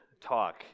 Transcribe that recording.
talk